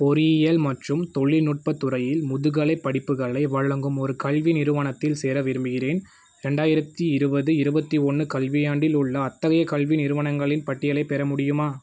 பொறியியல் மற்றும் தொழில்நுட்பத் துறையில் முதுகலைப் படிப்புகளை வழங்கும் ஒரு கல்வி நிறுவனத்தில் சேர விரும்புகிறேன் இரண்டாயிரத்து இருபது இருபத்தி ஒன்று கல்வியாண்டில் உள்ள அத்தகைய கல்வி நிறுவனங்களின் பட்டியலைப் பெற முடியுமா